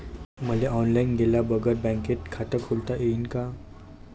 मले ऑनलाईन गेल्या बगर बँकेत खात खोलता येईन का?